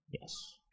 Yes